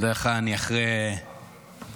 בדרך כלל אני אחרי כל מיני "בוארונים".